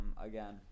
again